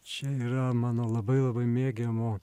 čia yra mano labai labai mėgiamo